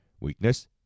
weakness